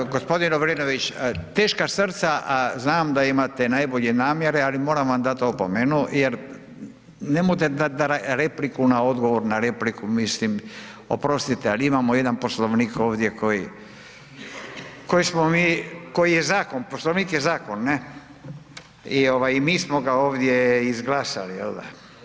Gospodin Lovrinović, teška srca, a znam da imate najbolje namjere ali moram vam dati opomenu jer ne možete dati repliku na odgovor na repliku, mislim oprostite ali imamo jedan Poslovnik ovdje koji je zakon, Poslovnik je zakon i mi smo ga ovdje izglasali jel da.